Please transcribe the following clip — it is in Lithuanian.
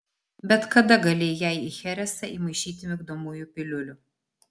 bet kada galėjai jai į cheresą įmaišyti migdomųjų piliulių